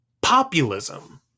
populism